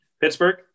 Pittsburgh